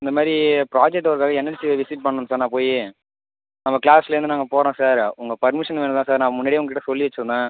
இந்தமாதிரி ப்ராஜெக்ட் ஒர்க்காக என்எல்சியை விஸிட் பண்ணணும் சார் நான் போய் ஆமாம் க்ளாஸ்லேருந்து நாங்கள் போகறோம் சார் உங்கள் பெர்மிஷன் வேணுன்னு தான் சார் நான் முன்னாடியே உங்ககிட்ட சொல்லி வச்சிந்தேன்